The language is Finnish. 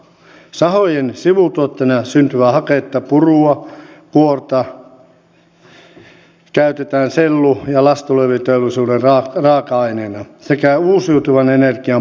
sahojen sivutuotteena syntyvää haketta purua ja kuorta käytetään sellu ja lastulevyteollisuuden raaka aineina sekä uusiutuvan energian polttoaineena